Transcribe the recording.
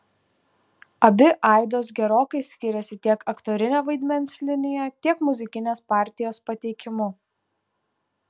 abi aidos gerokai skiriasi tiek aktorine vaidmens linija tiek muzikinės partijos pateikimu